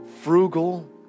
frugal